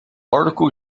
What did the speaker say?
article